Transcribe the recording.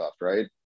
right